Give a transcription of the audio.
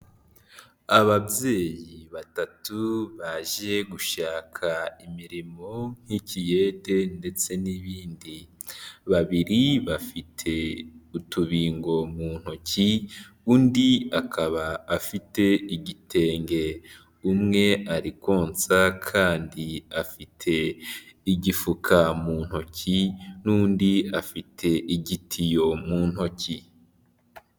Ababyeyi batatu baje gushaka imirimo nk'ikiyete ndetse n'ibindi, babiri bafite utubingo mu ntoki undi akaba afite igitenge, umwe ari konsa kandi afite igifuka mu ntoki n'undi afite igitiyo mu ntoki.